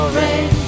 rain